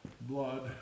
blood